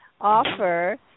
offer